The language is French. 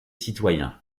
citoyen